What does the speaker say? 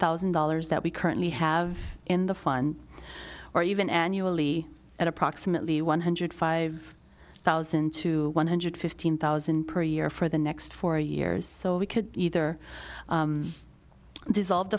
thousand dollars that we currently have in the fund or even annually at approximately one hundred five thousand to one hundred fifteen thousand per year for the next four years so we could either dissolve